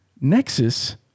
Nexus